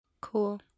cool